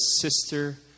sister